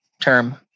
term